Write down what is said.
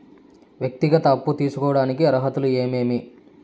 వ్యక్తిగత అప్పు తీసుకోడానికి అర్హతలు ఏమేమి